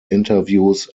interviews